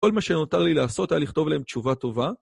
כל מה שנותר לי לעשות, היה לכתוב להם תשובה טובה.